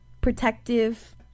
protective